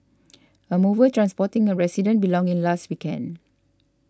a mover transporting a resident belongings last weekend